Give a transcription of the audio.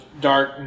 dark